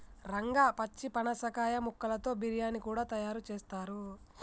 రంగా పచ్చి పనసకాయ ముక్కలతో బిర్యానీ కూడా తయారు చేస్తారు